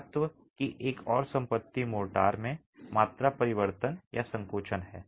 महत्व की एक और संपत्ति मोर्टार में मात्रा परिवर्तन या संकोचन है